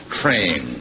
train